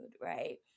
right